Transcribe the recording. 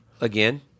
again